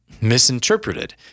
misinterpreted